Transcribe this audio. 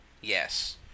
Yes